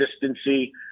consistency